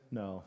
no